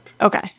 Okay